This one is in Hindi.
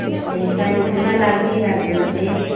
तो पैसा जितना लागेगा उतना देंगे